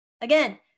again